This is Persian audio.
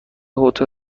هتل